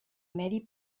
medi